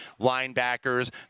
linebackers